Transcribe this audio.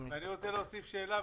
אני רוצה להוסיף שאלה.